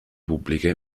pubbliche